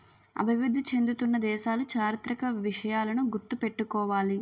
అభివృద్ధి చెందుతున్న దేశాలు చారిత్రక విషయాలను గుర్తు పెట్టుకోవాలి